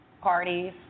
Parties